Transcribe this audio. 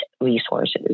resources